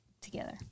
together